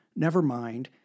Nevermind